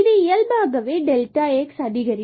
இது இயல்பாகவே delta x அதிகரிப்பு